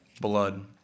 Blood